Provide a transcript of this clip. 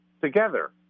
together